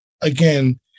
again